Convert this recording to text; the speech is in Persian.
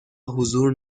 حضور